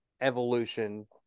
evolution